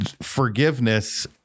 forgiveness